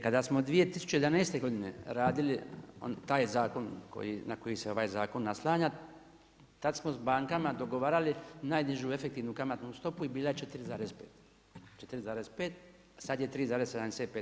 Kada smo 2011. godine radili taj zakon, na koji se ovaj zakon naslanja, tad smo s bankama dogovarali najnižu efektivnu kamatnu stopu i bila je 4,5. 4,5 sad je 3,75.